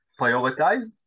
prioritized